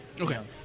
Okay